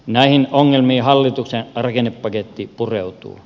näihin ongelmiin hallituksen rakennepaketti pureutuu